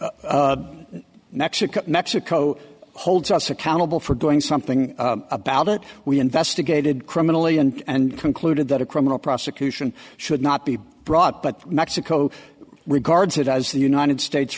mexico mexico holds us accountable for doing something about it we investigated criminally and concluded that a criminal prosecution should not be brought but mexico regards it as the united states